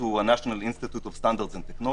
national institute of standards and technology